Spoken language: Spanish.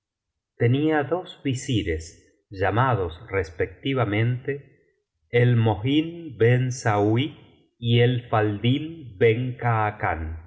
tenía dos visires llamados respectivamente elmohin ben sauí y el faldl